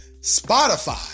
Spotify